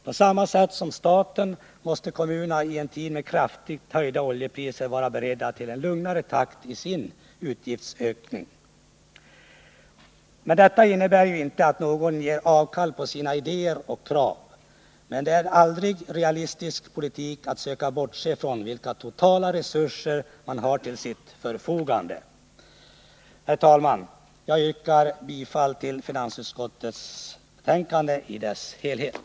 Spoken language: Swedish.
På samma sätt som staten måste kommunerna i en tid med kraftigt höjda oljepriser vara beredda till en lugnare takt i sina utgiftsökningar. Men detta innebär ju inte att någon gör avkall på sina idéer och krav. Det är aldrig realistisk politik att söka bortse från vilka totala resurser man har till sitt förfogande. Herr talman! Jag yrkar bifall till finansutskottets hemställan i dess helhet.